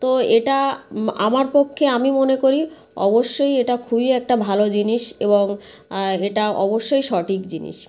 তো এটা আমার পক্ষে আমি মনে করি অবশ্যই এটা খুবই একটা ভালো জিনিস এবং এটা অবশ্যই সঠিক জিনিস